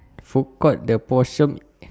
food court the portion